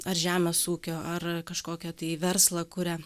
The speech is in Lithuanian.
ar žemės ūkio ar kažkokią tai verslą kuria